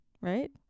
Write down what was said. Right